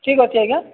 ଠିକ୍ ଅଛି ଆଜ୍ଞା